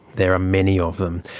there are many of them.